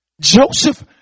Joseph